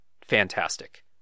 fantastic